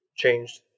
changed